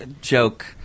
joke